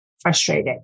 frustrated